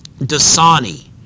Dasani